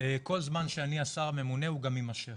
כל זמן שאני השר הממונה הוא גם ימשך.